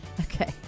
Okay